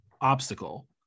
obstacle